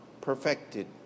perfected